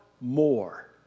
more